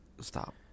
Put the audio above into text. stop